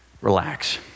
relax